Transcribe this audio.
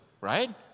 right